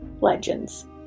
Legends